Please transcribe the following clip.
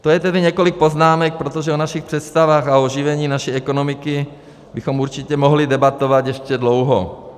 To je tedy několik poznámek, protože o našich představách o oživení naší ekonomiky bychom určitě mohli debatovat ještě dlouho.